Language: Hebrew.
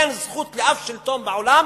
אין זכות לאף שלטון בעולם